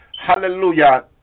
hallelujah